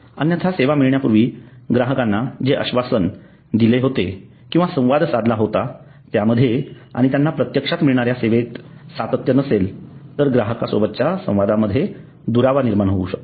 अन्यथा सेवा मिळण्यापूर्वी ग्राहकांना जे आश्वासन दिलेले होते किंवा संवाद साधला होता त्या मध्ये आणि त्यांना प्रत्यक्षात मिळणाऱ्या सेवेत सातत्य नसेल तर ग्राहकांसोबतच्या संवाद मधे दुरावा निर्माण होऊ शकतो